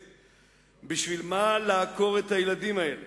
"בשביל מה לעקור את הילדים האלה?